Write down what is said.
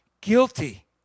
guilty